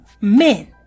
men